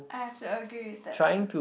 I have to agree with that